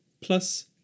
plus